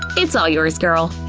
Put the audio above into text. it's all yours girl.